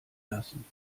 lassen